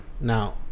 Now